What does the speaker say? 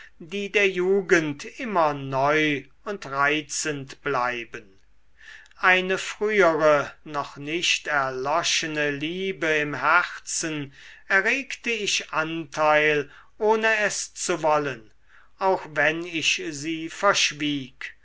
die der jugend immer neu und reizend bleiben eine frühere noch nicht erloschene liebe im herzen erregte ich anteil ohne es zu wollen auch wenn ich sie verschwieg